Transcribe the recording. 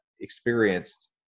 experienced